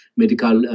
medical